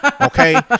okay